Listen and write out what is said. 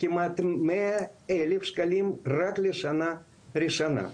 כמעט 100,000 שקלים רק לשנה הראשונה.